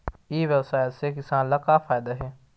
ई व्यवसाय से किसान ला का फ़ायदा हे?